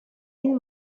این